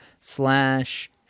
slash